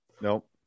Nope